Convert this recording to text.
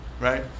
right